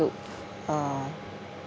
look uh